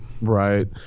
right